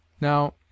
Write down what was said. Now